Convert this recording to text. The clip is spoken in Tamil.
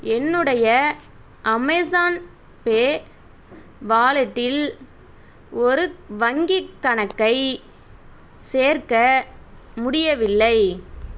என்னுடைய அமேஸான் பே வாலெட்டில் ஒரு வங்கிக் கணக்கை சேர்க்க முடியவில்லை